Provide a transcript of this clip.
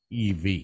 EV